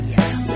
Yes